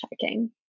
checking